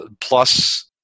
Plus